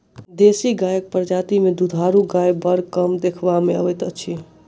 देशी गायक प्रजाति मे दूधारू गाय बड़ कम देखबा मे अबैत अछि